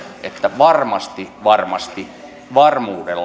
että varmasti varmasti varmuudella